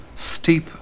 Steep